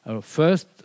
first